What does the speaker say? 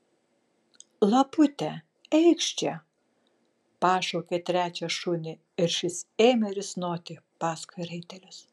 lapute eikš čia pašaukė trečią šunį ir šis ėmė risnoti paskui raitelius